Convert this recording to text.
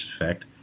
effect